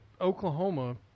Oklahoma